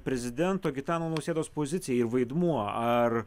prezidento gitano nausėdos pozicija ir vaidmuo ar